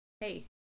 Hey